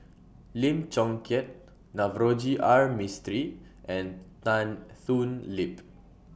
Lim Chong Keat Navroji R Mistri and Tan Thoon Lip